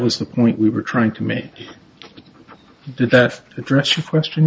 was the point we were trying to make did that address your question